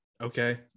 okay